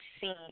see